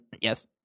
yes